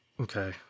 okay